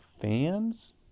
fans